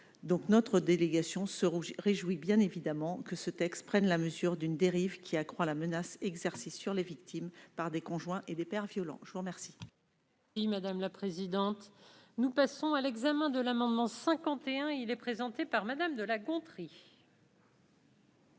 donc notre délégation se rouge réjouit bien évidemment que ce texte prenne la mesure d'une dérive qui accroît la menace exercée sur les victimes par des conjoints et des pères violents, je vous remercie. Madame la présidente, nous passons à l'examen de l'amendement 51, il est présenté par Madame de La Gontrie.